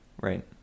right